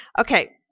okay